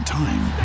time